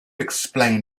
explain